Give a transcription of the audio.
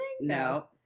No